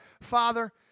father